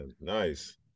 nice